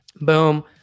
boom